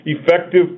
effective